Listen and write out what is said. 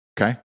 Okay